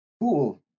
Cool